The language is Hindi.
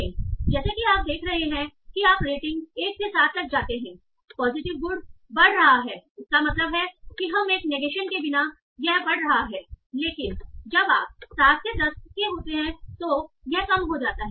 इसलिए जैसा कि आप देख रहे हैं कि आप रेटिंग 1 से 7 तक जाते हैं पॉजिटिव गुड बढ़ रहा है इसका मतलब है कि हम एक नेगेशन के बिना यह बढ़ रहा हैलेकिन जब आप 7 से 10 के होते हैं तो यह कम हो जाता है